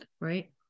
right